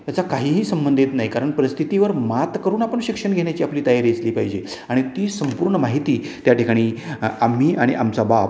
त्याचा काहीही संबंध येत नाही कारण परिस्थितीवर मात करून आपन शिक्षण घेण्याची आपली तयारी असली पाहिजे आणि ती संपूर्ण माहिती त्या ठिकाणी आम्ही आणि आमचा बाप